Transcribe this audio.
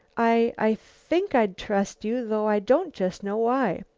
i i think i'd trust you though i don't just know why.